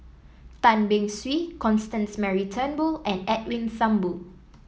Tan Beng Swee Constance Mary Turnbull and Edwin Thumboo